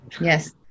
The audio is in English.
Yes